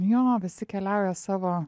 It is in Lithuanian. jo visi keliauja savo